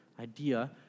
idea